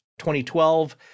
2012